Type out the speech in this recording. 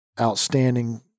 outstanding